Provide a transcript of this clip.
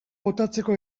botatzeko